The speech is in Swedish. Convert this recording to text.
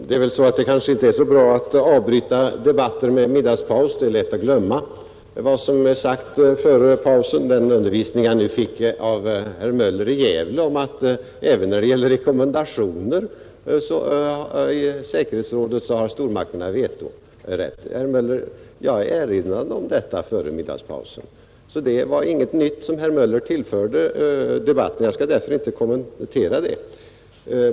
Herr talman! Det är kanske inte så bra att avbryta debatter med middagspaus. Det är lätt att glömma vad som sagts före pausen. Den undervisning jag nu fick av herr Möller i Gävle om att stormakterna även när det gäller rekommendationer i säkerhetsrådet har vetorätt var onödig ty, herr Möller, jag erinrade om detta före middagspausen. Det var inget nytt som herr Möller tillförde debatten. Jag skall därför inte kommentera det.